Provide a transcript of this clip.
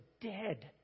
dead